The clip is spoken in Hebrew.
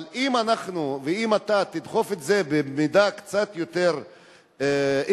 אבל אם אתה תדחף בקצת יותר אינטנסיביות